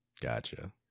Gotcha